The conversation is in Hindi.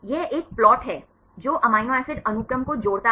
यह एक प्लाट है जो अमीनो एसिड अनुक्रम को जोड़ता है